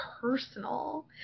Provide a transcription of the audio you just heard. personal